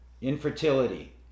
infertility